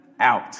out